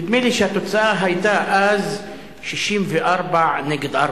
נדמה לי שהתוצאה היתה אז 64 נגד ארבעה.